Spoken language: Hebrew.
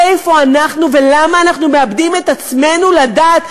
איפה אנחנו ולמה אנחנו מאבדים את עצמנו לדעת?